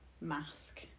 mask